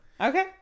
Okay